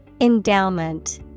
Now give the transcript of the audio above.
Endowment